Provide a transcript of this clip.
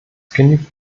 genügt